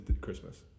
Christmas